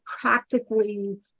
practically